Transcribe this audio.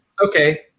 Okay